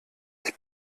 ich